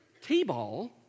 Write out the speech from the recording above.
T-ball